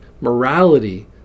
morality